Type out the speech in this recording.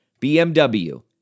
BMW